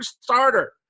starter